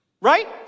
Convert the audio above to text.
Right